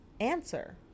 answer